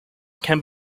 can